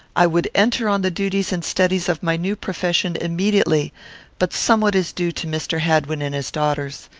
i would enter on the duties and studies of my new profession immediately but somewhat is due to mr. hadwin and his daughters.